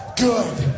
good